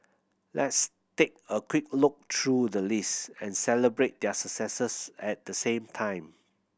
let's take a quick look through the list and celebrate their successes at the same time